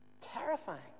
Terrifying